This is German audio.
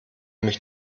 mich